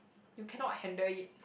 you cannot handle it